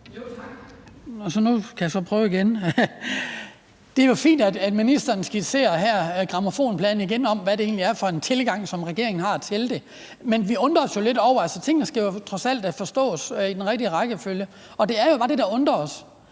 Det er jo fint, at ministeren skitserer det her og igen spiller grammofonpladen om, hvad det er for en tilgang, regeringen har til det. Men vi undrer os jo lidt over det. Tingene skal trods alt forstås i den rigtige rækkefølge. Det er bare det, der undrer os,